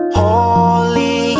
holy